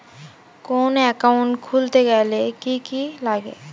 কোন একাউন্ট খুলতে গেলে কি কি লাগে?